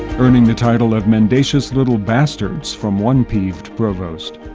earning the title of mendacious little bastards from one peeved provost.